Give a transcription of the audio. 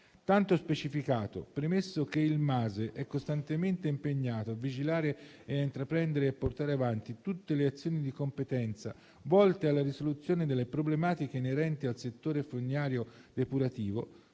Tanto specificato, premesso che il MASE è costantemente impegnato a vigilare, intraprendere e portare avanti tutte le azioni di competenza volte alla risoluzione delle problematiche inerenti al settore fognario-depurativo,